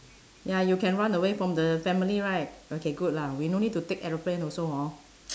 ya you can run away from the family right okay good lah we no need to take aeroplane also hor